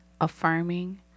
affirming